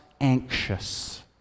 anxious